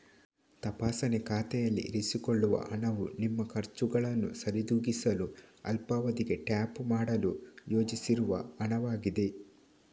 ತಪಾಸಣೆ ಖಾತೆಯಲ್ಲಿ ಇರಿಸಿಕೊಳ್ಳುವ ಹಣವು ನಿಮ್ಮ ಖರ್ಚುಗಳನ್ನು ಸರಿದೂಗಿಸಲು ಅಲ್ಪಾವಧಿಗೆ ಟ್ಯಾಪ್ ಮಾಡಲು ಯೋಜಿಸಿರುವ ಹಣವಾಗಿದೆ